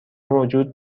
وجود